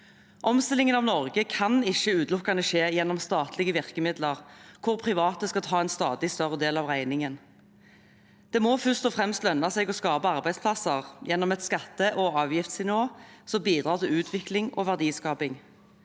Omstillingen av Norge kan ikke utelukkende skje gjennom statlige virkemidler, hvor private skal ta en stadig større del av regningen. Det må først og fremst lønne seg å skape arbeidsplasser, gjennom et skatte- og avgiftsnivå som bidrar til utvikling og verdiskaping.